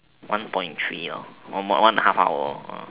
one point three lor one mor~ one and half hour lor err